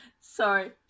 Sorry